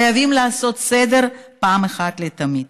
חייבים לעשות סדר אחת ולתמיד.